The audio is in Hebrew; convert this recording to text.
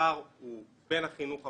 הפער הוא בין החינוך הממלכתי-דתי,